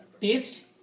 taste